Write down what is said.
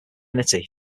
virginity